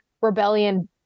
rebellion